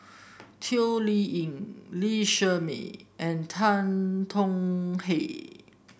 Toh Liying Lee Shermay and Tan Tong Hye